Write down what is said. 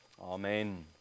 Amen